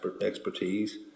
expertise